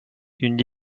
une